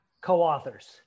co-authors